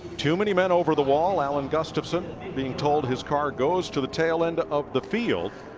too many men over the wall. alan gustafsson being told his car goes to the tail end of the field.